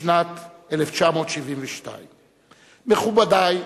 בשנת 1972. מכובדי,